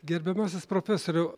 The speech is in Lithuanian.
gerbiamasis profesoriau